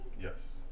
Yes